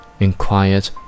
inquired